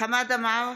חמד עמאר,